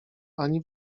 ani